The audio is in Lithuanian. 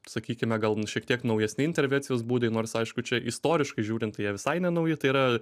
sakykime gal n šiek tiek naujesni intervecijos būdai nors aišku čia istoriškai žiūrint tai jie visai nenauji tai yra